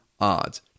odds